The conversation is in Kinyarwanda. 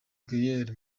gaulle